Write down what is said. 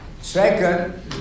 Second